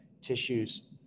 tissues